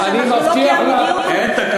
אני מבטיח לך,